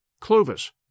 Clovis